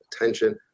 attention